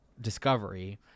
Discovery